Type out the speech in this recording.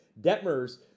Detmers